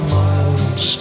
miles